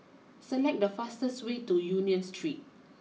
select the fastest way to Union Street